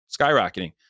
skyrocketing